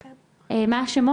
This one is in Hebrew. את רשות